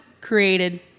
created